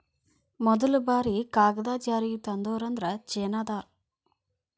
ಮದಲ ಬಾರಿ ಕಾಗದಾ ಜಾರಿಗೆ ತಂದೋರ ಅಂದ್ರ ಚೇನಾದಾರ